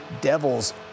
Devils